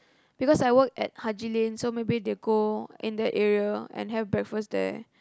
because I work at Haji Lane so maybe they go in that area and have breakfast there